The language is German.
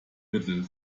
mittel